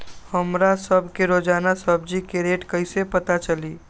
हमरा सब के रोजान सब्जी के रेट कईसे पता चली?